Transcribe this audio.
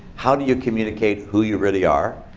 how do you communicate who you really are,